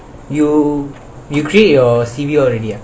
you you create your C_V all already ah